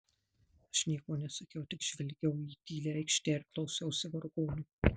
aš nieko nesakiau tik žvelgiau į tylią aikštę ir klausiausi vargonų